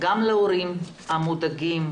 גם להורים המודאגים,